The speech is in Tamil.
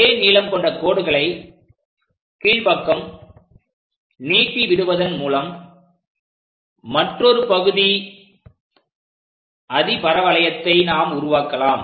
அதே நீளம் கொண்ட கோடுகளை கீழ்ப்பக்கம் நீட்டி விடுவதன் மூலம் மற்றொரு பகுதி அதிபரவளையத்தை நாம் உருவாக்கலாம்